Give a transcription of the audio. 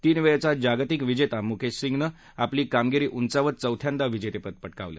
तीन वेळचा जागतिक विजेता मुकेश सिंगनेही आपली कामगिरी उचावत चौथ्यांदा विजेतेपद पटकावलं